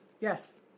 Yes